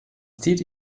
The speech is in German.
täte